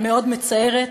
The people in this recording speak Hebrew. המאוד-מצערת,